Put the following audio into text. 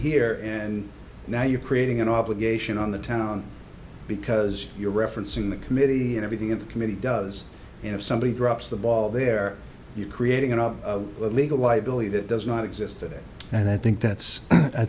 here and now you're creating an obligation on the town because you're referencing the committee and everything in the committee does have somebody drops the ball there you creating another legal liability that does not exist today and i think that's i